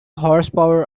horsepower